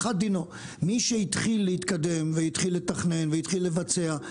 אחת דינו, לעומת מי שהתחיל להתקדם, לתכנן ולבצע.